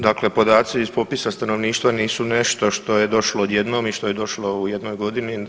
Dakle, podaci iz popisa stanovništva nisu nešto što je došlo odjednom i što je došlo u jednoj godini.